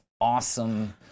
awesome